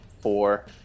Four